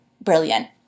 brilliant